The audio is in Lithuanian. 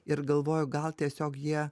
ir galvoju gal tiesiog jie